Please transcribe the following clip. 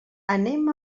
anem